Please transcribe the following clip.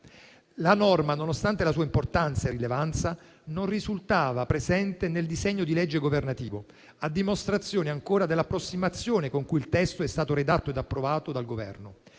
La norma, nonostante la sua importanza e rilevanza, non risultava presente nel disegno di legge governativo, a dimostrazione ancora dell'approssimazione con cui il testo è stato redatto ed approvato dal Governo.